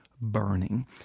burning